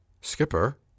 Skipper